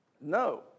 No